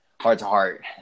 heart-to-heart